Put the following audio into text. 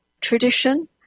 tradition